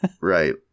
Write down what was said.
Right